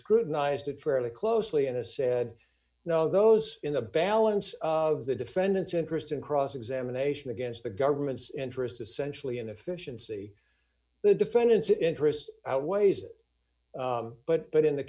scrutinized fairly closely in a said d no those in the balance of the defendant's interest in cross examination against the government's interest essentially inefficiency the defendant's interest outweighs but but in the